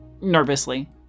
nervously